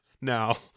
now